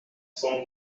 cent